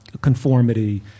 conformity